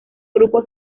grupo